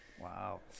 Wow